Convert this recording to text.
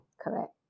correct